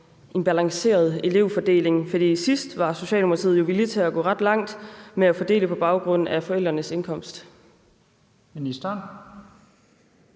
en balanceret elevfordeling, for sidst var Socialdemokratiet jo villig til at gå ret langt med at fordele på baggrund af forældrenes indkomst.